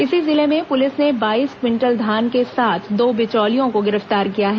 इसी जिले में पुलिस ने बाईस क्विंटल धान के साथ दो बिचौलियों को गिरफ्तार किया है